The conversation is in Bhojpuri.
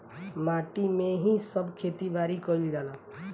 माटी में ही सब खेती बारी कईल जाला